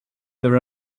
their